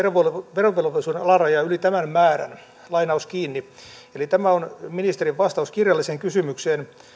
verovelvollisuuden alarajaa yli tämän määrän eli tämä on ministerin vastaus kirjalliseen kysymykseen